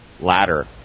ladder